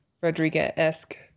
rodriguez-esque